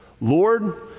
Lord